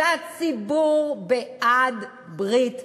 והציבור בעד ברית הזוגיות.